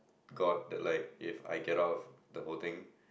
god that like if I get out the whole thing